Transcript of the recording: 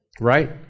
Right